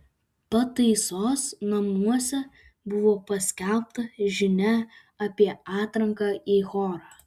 pataisos namuose buvo paskelbta žinia apie atranką į chorą